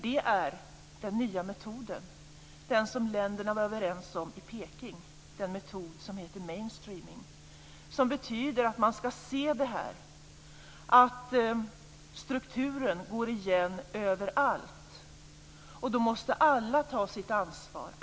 Det är den nya metoden - som länderna var överens om i Beijing - som heter mainstreaming. Den betyder att strukturen ska gå igen överallt, och då måste alla ta sitt ansvar.